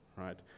right